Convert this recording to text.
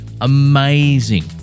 Amazing